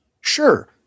Sure